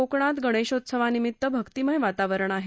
कोकणातही गणेशोत्सवानिमित्त भक्तीमय वातावरण आहे